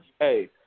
Hey